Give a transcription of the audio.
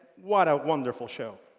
what a wonderful show.